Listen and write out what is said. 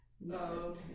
no